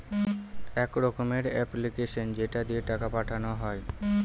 এক রকমের এপ্লিকেশান যেটা দিয়ে টাকা পাঠানো হয়